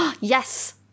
Yes